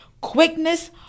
quickness